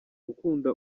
gukunda